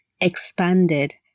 expanded